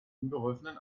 unbeholfenen